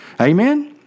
Amen